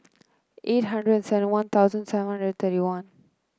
eight hundred seven One Thousand seven hundred thirty one